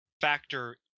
factor